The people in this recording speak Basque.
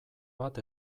bat